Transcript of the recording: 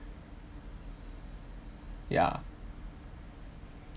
ya